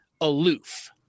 aloof